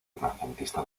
renacentista